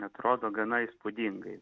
atrodo gana įspūdingai